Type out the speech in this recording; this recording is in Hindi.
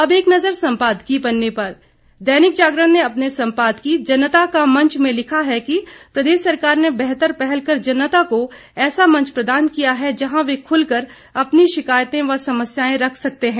अब एक नज़र सम्पादकीय पन्ने पर दैनिक जागरण अपने सम्पादकीय जनता का मंच में लिखा है कि प्रदेश सरकार ने बेहतर पहल कर जनता को ऐसा मंच प्रदान किया है जहां वे खुलकर अपनी शिकायतें व समस्याएं रख सकते हैं